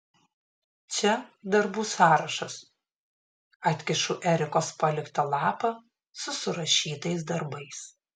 čia darbų sąrašas atkišu erikos paliktą lapą su surašytais darbais